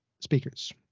speakers